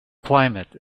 climate